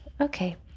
okay